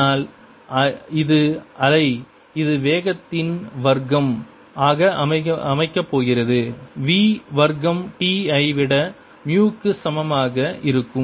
ஆனால் இது அலை இது வேகத்தின் வர்க்கம் ஆக அமைக்கப் போகிறது v வர்க்கம் T ஐ விட மு க்கு சமமாக இருக்கும்